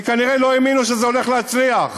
כי כנראה לא האמינו שזה הולך להצליח.